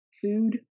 food